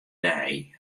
dei